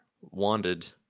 wanted